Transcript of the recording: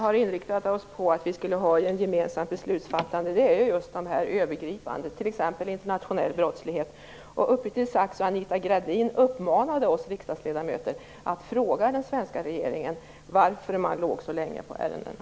Fru talman! De områden där vi har inriktat oss på att ha gemensamt beslutsfattande är just de övergripande, t.ex. internationell brottslighet. Uppriktigt sagt uppmanade Anita Gradin oss riksdagsledamöter att fråga den svenska regeringen varför man låg så länge på ärendena.